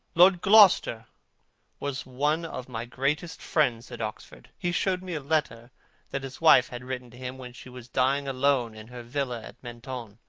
lord gloucester was one of my greatest friends at oxford. he showed me a letter that his wife had written to him when she was dying alone in her villa at mentone.